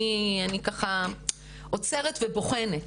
אני ככה עוצרת ובוחנת,